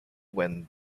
when